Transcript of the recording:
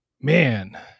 Man